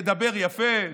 תדבר יפה,